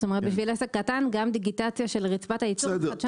גם דיגיטציה של רצפת הייצור זאת חדשנות.